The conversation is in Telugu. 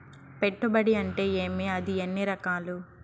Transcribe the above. పెట్టుబడి అంటే ఏమి అది ఎన్ని రకాలు